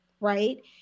right